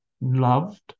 loved